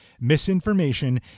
misinformation